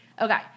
Okay